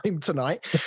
tonight